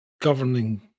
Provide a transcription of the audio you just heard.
governing